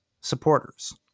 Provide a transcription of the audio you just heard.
supporters